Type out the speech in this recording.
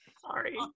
Sorry